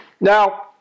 Now